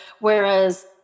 whereas